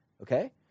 okay